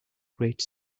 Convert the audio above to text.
great